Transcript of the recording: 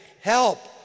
Help